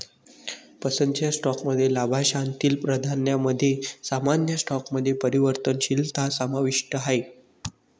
पसंतीच्या स्टॉकमध्ये लाभांशातील प्राधान्यामध्ये सामान्य स्टॉकमध्ये परिवर्तनशीलता समाविष्ट आहे